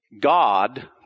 God